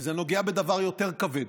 זה נוגע בדבר יותר כבד.